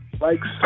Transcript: likes